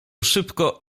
szybko